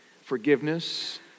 forgiveness